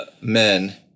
men